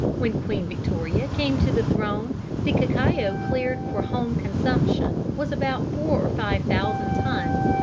when queen victoria came to the throne the cacao cleared for home consumption was about four or five thousand tons,